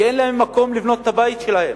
כי אין להם מקום לבנות את הבית שלהם,